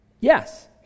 yes